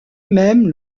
même